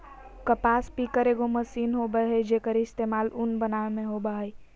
कपास पिकर एगो मशीन होबय हइ, जेक्कर इस्तेमाल उन बनावे में होबा हइ